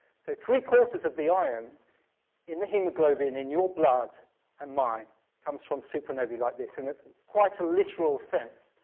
so three quarters of the iron in the haemoglobin in your blood and mine comes from supernovae like this in quite a literal sense.